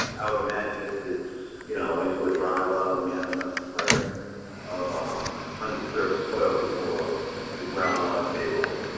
i would imagine if it's you know into a drywell, and we have enough clearing of um undisturbed soil before the groundwater table,